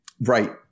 Right